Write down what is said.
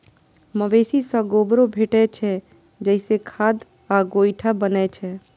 मवेशी सं गोबरो भेटै छै, जइसे खाद आ गोइठा बनै छै